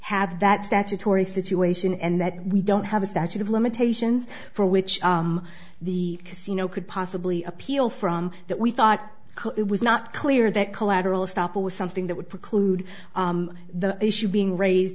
have that statutory situation and that we don't have a statute of limitations for which the casino could possibly appeal from that we thought it was not clear that collateral estoppel was something that would preclude the issue being raised